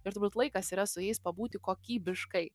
ir turbūt laikas yra su jais pabūti kokybiškai